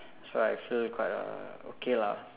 so I feel quite uh okay lah